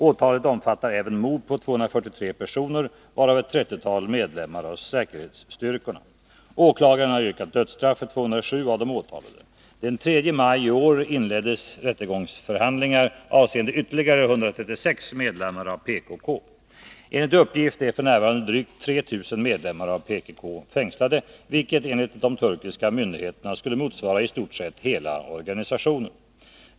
Åtalet omfattar även mord på 243 personer, varav ett trettiotal medlemmar av säkerhetsstyrkorna. Åklagaren har yrkat dödsstraff för 207 av de åtalade. Den 3 maj i år inleddes rättegångsförhandlingar avseende ytterligare 136 medlemmar av PKK. Enligt uppgift är f.n. drygt 3 000 medlemmar av PKK fängslade, vilket enligt de turkiska myndigheterna skulle motsvara i stort sett hela organisationen.